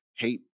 hate